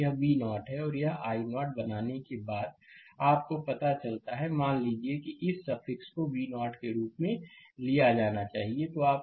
यह V0 है और यहां यह i0 बनाने के बाद आपको पता चलता है मान लीजिए इस सफिक्स को V0 के रूप में लिया जाना चाहिए